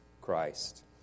Christ